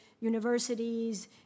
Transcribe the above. universities